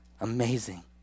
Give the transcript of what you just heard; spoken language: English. amazing